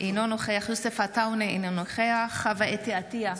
אינו נוכח יוסף עטאונה, אינו נוכח חוה אתי עטייה,